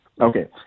Okay